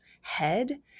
head